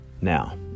now